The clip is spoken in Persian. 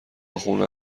خونه